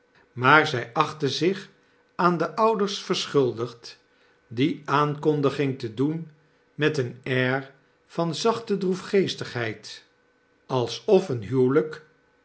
maar zij achtte zich aan de ouders verschuldigd die aankondiging te doen met een air van zachte droefgeestigheid alsof een huwelyk